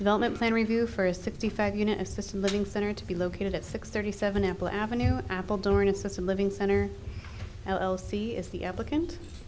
development plan review for a sixty five unit assisted living center to be located at six thirty seven apple avenue with apple door an assisted living center l c is the applicant